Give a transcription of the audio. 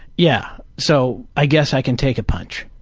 yeah, so i guess i can take a punch.